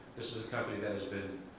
this is a company that has been